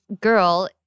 girl